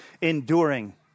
enduring